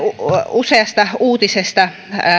useista uutisista